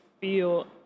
feel